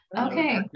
okay